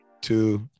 two